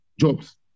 jobs